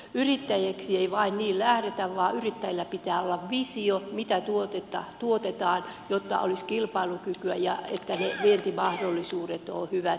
yrittäjäksi ei vain niin lähdetä vaan yrittäjillä pitää olla visio mitä tuotetta tuotetaan jotta olisi kilpailukykyä ja vientimahdollisuudet olisivat hyvät